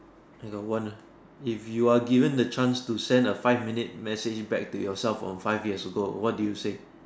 I know one lah if you are given the chance to send a five minute message back to yourself from five years ago what do you say